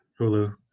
Hulu